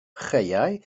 chaeau